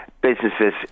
businesses